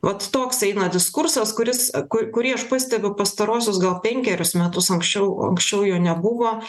vat toks eina diskursas kuris ku kurį aš pastebiu pastaruosius gal penkerius metus anksčiau anksčiau jo nebuvo